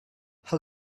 how